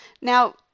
now